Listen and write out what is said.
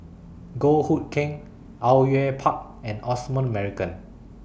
Goh Hood Keng Au Yue Pak and Osman Merican